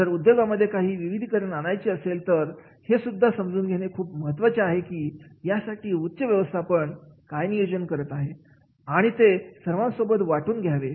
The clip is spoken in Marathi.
जर उद्योगांमध्ये काही विविधीकरण आणायचे असेल तर हे सुद्धा समजून घेणे खूप महत्त्वाचे आहे की यासाठी उच्च व्यवस्थापन काय नियोजन करत आहे आहे आणि ते सर्वांसोबत वाटून घ्यावे